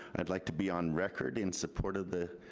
i'd like to be on record in support of the,